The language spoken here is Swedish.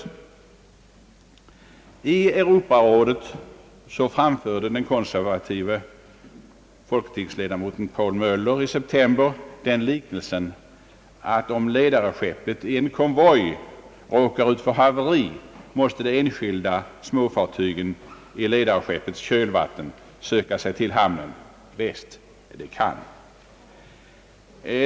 Den konservative folketingsledamoten Poul Möller framförde i Europarådet i september den liknelsen, att om ledarskeppet i en konvoj råkar ut för haveri, måste de enskilda småfartygen i ledarskeppets kölvatten söka sig till hamnen bäst de kan.